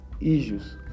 issues